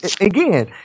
again